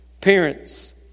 parents